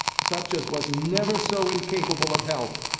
such as was never so incapable of help.